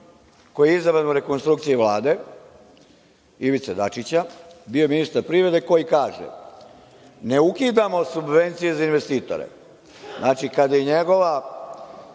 koji je izabran u rekonstrukciji Vlade Ivice Dačića, bio je ministar privrede, koji kaže – ne ukidamo subvencije za investitore. Znači, kada je njegov